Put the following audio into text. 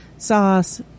Sauce